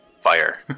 fire